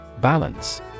Balance